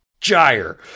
gyre